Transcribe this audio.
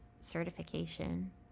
certification